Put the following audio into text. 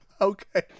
Okay